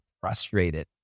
frustrated